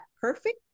perfect